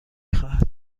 خواهد